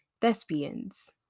thespians